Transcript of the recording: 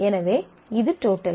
எனவே இது டோட்டல்